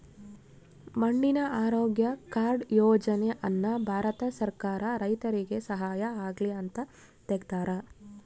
ಮಣ್ಣಿನ ಆರೋಗ್ಯ ಕಾರ್ಡ್ ಯೋಜನೆ ಅನ್ನ ಭಾರತ ಸರ್ಕಾರ ರೈತರಿಗೆ ಸಹಾಯ ಆಗ್ಲಿ ಅಂತ ತೆಗ್ದಾರ